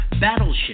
Battleship